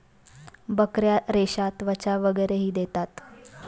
बकऱ्या रेशा, त्वचा वगैरेही देतात